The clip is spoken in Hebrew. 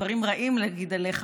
דברים רעים להגיד עליך,